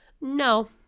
No